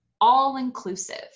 all-inclusive